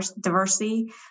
diversity